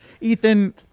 Ethan